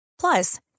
Plus